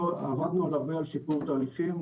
אנחנו עבדנו הרבה על שיפור תהליכים,